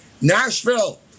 Nashville